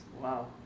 Wow